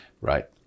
Right